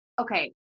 okay